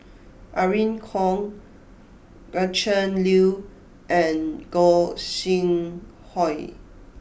Irene Khong Gretchen Liu and Gog Sing Hooi